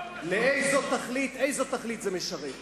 איזו תכלית זה משרת?